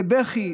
בבכי,